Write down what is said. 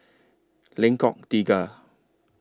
Lengkok Tiga